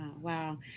Wow